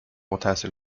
التحصیل